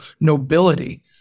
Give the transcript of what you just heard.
nobility